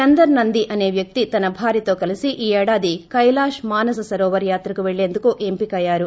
చందర్ నంది అసే వ్యక్తి తన భార్యతో కలీసి ఈ ఏడాది కైలాశ్ మానస సరోవర్ యాత్రకు పెళ్లేందుకు ఎంపికయ్యారు